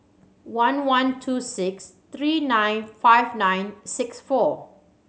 one one two six three nine five nine six four